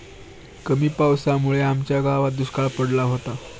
कमी पावसामुळे आमच्या गावात दुष्काळ पडला होता